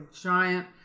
giant